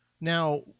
now